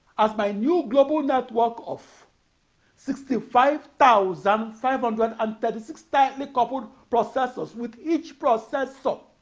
as my new global network of sixty five thousand five hundred and thirty six tightly-coupled processors with each processor